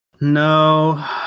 No